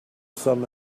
some